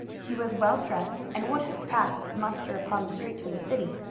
he was well dressed, and would have passed muster upon the streets of a city.